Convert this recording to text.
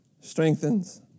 strengthens